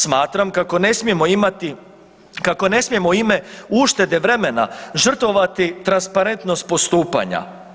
Smatram kako ne smijemo imenovati, kako ne smije ime uštede vremena žrtvovati transparentnost postupanja.